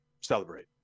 Celebrate